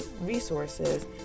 resources